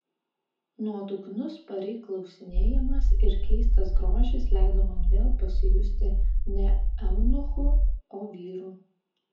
nuodugnus pari klausinėjimas ir keistas grožis leido man vėl pasijusti ne eunuchu o vyru